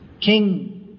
king